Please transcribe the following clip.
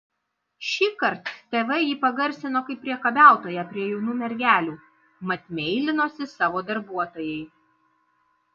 šįkart tv jį pagarsino kaip priekabiautoją prie jaunų mergelių mat meilinosi savo darbuotojai